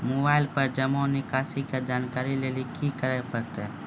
Mobile पर जमा निकासी के जानकरी लेली की करे परतै?